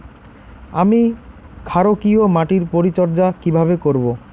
আমি ক্ষারকীয় মাটির পরিচর্যা কিভাবে করব?